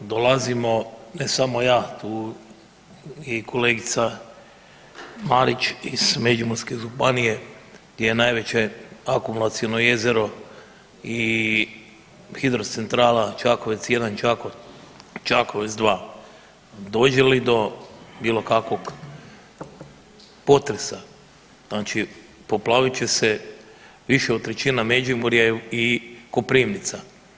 Dolazimo ne samo ja tu je i kolegica Marić iz Međimurske županije gdje je najveće akumulaciono jezero i hidrocentrala Čakovec 1 Čakovec 2. Dođe li do bilo kakvog potresa, znači poplavit će se više od trećina Međimurja i Koprivnica.